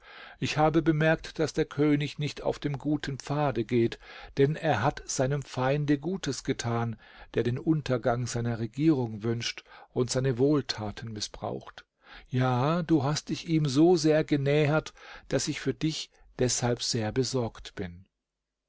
ich habe bemerkt daß der könig nicht auf dem guten pfade geht denn er hat seinem feinde gutes getan der den untergang seiner regierung wünscht und seine wohltaten mißbraucht ja du hast dich ihm so sehr genähert daß ich für dich deshalb sehr besorgt bin